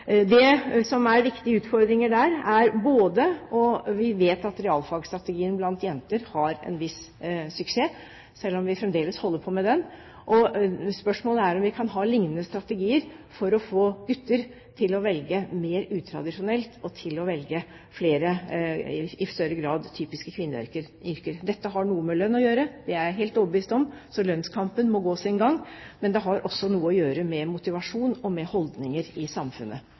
Det er noen viktige utfordringer der. Vi vet at realstrategien blant jenter har en viss suksess, selv om vi fremdeles holder på med den. Spørsmålet er om vi kan ha lignende strategier for å få gutter til å velge mer utradisjonelt og til i større grad å velge flere typiske kvinneyrker. Dette har noe med lønn å gjøre – det er jeg helt overbevist om, så lønnskampen må gå sin gang – men det har også noe å gjøre med motivasjon og med holdninger i samfunnet.